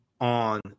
on